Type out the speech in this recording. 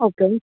okay